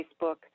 Facebook